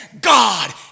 God